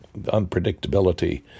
unpredictability